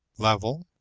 level